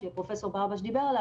שפרופ' ברבש דיבר עליו.